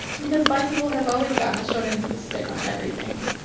because black people have always gotten the short end of the stick on everything,